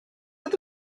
oedd